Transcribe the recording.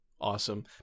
Awesome